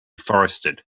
forested